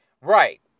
Right